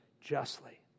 justly